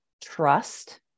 trust